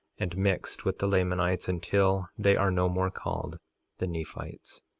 and mixed with the lamanites until they are no more called the nephites,